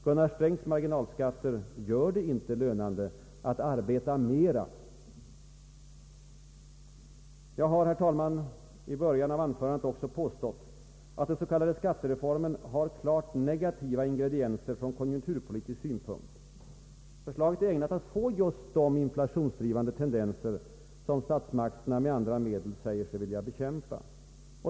Gunnar Strängs marginalskatter gör det inte lönande att arbeta mera. Jag har, herr talman, i början av detta anförande också påstått att den s.k. skattereformen har klart negativa ingredienser från konjunkturpolitisk synpunkt. Förslaget är ägnat att få just de inflationsdrivande tendenser som statsmakterna med andra medel säger sig vilja bekämpa.